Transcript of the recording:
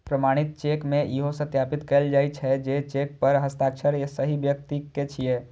प्रमाणित चेक मे इहो सत्यापित कैल जाइ छै, जे चेक पर हस्ताक्षर सही व्यक्ति के छियै